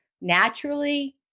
naturally